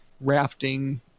rafting